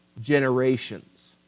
generations